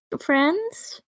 friends